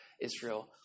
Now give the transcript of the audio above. Israel